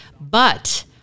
but-